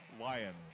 Lions